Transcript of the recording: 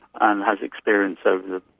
and has experienced over the,